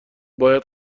باید